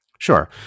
Sure